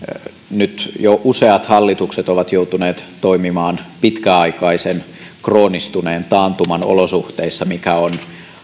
nyt jo useat hallitukset ovat joutuneet toimimaan pitkäaikaisen kroonistuneen taantuman olosuhteissa mikä on